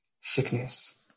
sickness